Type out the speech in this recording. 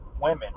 women